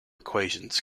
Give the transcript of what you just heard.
equations